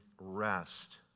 rest